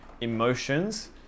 emotions